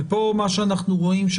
ממה שאנחנו רואים פה,